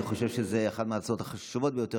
אני חושב שזו אחת מההצעות החשובות ביותר